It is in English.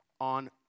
on